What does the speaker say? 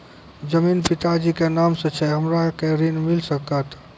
जमीन पिता जी के नाम से छै हमरा के ऋण मिल सकत?